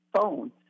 phone